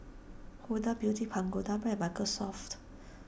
Huda Beauty Pagoda Brand and Microsoft